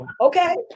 okay